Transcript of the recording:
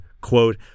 quote